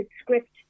script